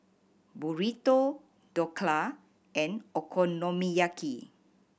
Burrito Dhokla and Okonomiyaki